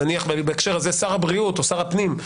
נניח בהקשר הזה שר הבריאות או שר הפנים,